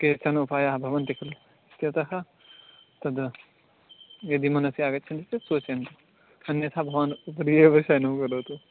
केचन उपायाः भवन्ति खलु इत्यतः तद् यदि मनसी आगच्छन्ति सूचयन्तु अन्यथा भवान् उपरि एव शयनं करोतु